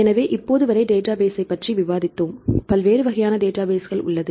எனவே இப்போது வரை டேட்டாபேஸ்ஸைப் பற்றி விவாதித்தோம் பல்வேறு வகையான டேட்டாபேஸ்கள் உள்ளது